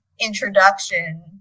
introduction